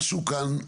משהו כאן,